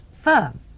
firm